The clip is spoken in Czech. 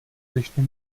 začne